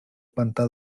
pantà